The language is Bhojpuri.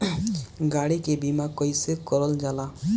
गाड़ी के बीमा कईसे करल जाला?